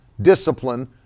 discipline